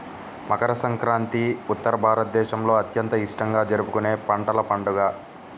మకర సంక్రాంతి ఉత్తర భారతదేశంలో అత్యంత ఇష్టంగా జరుపుకునే పంటల పండుగ